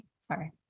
Sorry